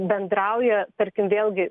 bendrauja tarkim vėlgi